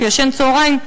כשהוא ישן שנת צהריים,